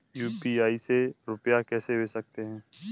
UPI से रुपया कैसे भेज सकते हैं?